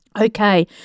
Okay